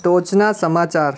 ટોચના સમાચાર